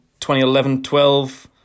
2011-12